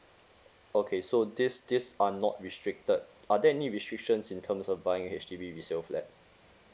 okay so this this are not restricted are there any restrictions in terms of buying a H_D_B resale flat